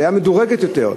עלייה מדורגת יותר.